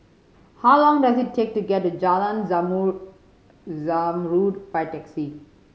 how long does it take to get to Jalan Zamrud Zamrud by taxi